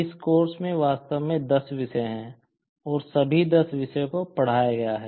इस कोर्स में वास्तव में 10 विषय हैं और सभी 10 विषयों को पढ़ाया गया है